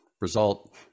result